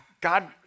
God